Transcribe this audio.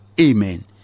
Amen